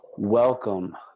Welcome